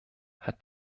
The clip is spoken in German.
hat